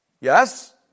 yes